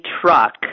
truck